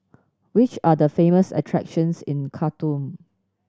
which are the famous attractions in Khartoum